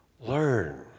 Learn